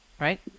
Right